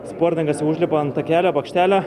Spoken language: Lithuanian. sportininkas užlipa ant takelio bokštelio